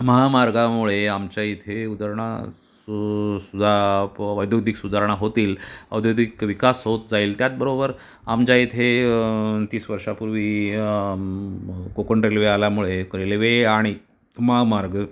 महामार्गामुळे आमच्या इथे उधारणा सु सुद्धा प औद्योगिक सुधारणा होतील औद्योगिक विकास होत जाईल त्याचबरोबर आमच्या इथे तीस वर्षांपूर्वी कोकण रेल्वे आल्यामुळे एक रेल्वे आणि महामार्ग